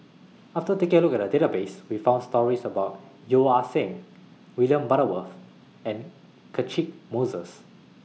after taking A Look At The Database We found stories about Yeo Ah Seng William Butterworth and Catchick Moses